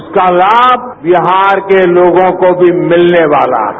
उसका लाभ बिहार के लोगों को भी मिलने वाला है